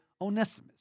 Onesimus